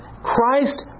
Christ